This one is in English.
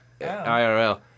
IRL